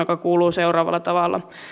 joka kuuluu seuraavalla tavalla